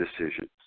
decisions